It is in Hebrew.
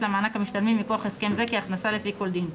למענק המשתלמים מכוח הסכם זה כהכנסה לפי כל דין.